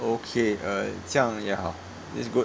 okay uh 这样也好 that's good